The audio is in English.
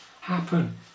happen